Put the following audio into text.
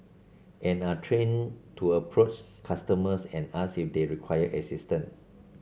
and are trained to approach customers and ask if they require assistance